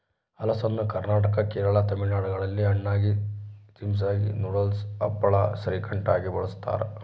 ಹಲಸನ್ನು ಕರ್ನಾಟಕ ಕೇರಳ ತಮಿಳುನಾಡುಗಳಲ್ಲಿ ಹಣ್ಣಾಗಿ, ಚಿಪ್ಸಾಗಿ, ನೂಡಲ್ಸ್, ಹಪ್ಪಳ, ಶ್ರೀಕಂಠ ಆಗಿ ಬಳಸ್ತಾರ